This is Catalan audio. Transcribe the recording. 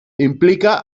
implica